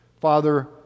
father